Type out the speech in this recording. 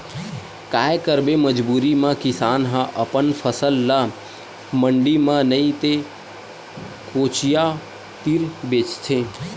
काये करबे मजबूरी म किसान ह अपन फसल ल मंडी म नइ ते कोचिया तीर बेचथे